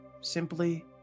simply